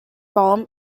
bomb